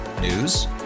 News